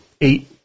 eight